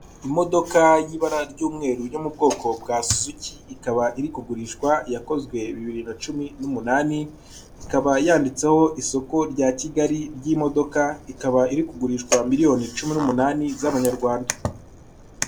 Imodoka y'ibara ry'umweru yo mu bwoko bwa Suzuki, ikaba iri kugurishwa yakozwe bibiri na cumi n'umunani, ikaba yanditseho isoko rya Kigali ry'imodoka ikaba iri kugurishwa miriyoni cumi n'umunani z'amanyarwanda.